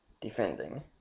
defending